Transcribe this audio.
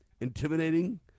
intimidating